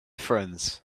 friends